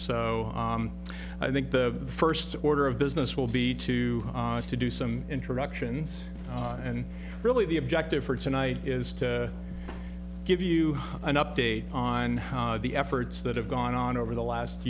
so i think the first order of business will be to to do some introductions and really the objective for tonight is to give you an update on the efforts that have gone on over the last